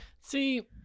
See